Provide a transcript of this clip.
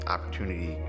opportunity